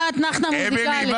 אמילי,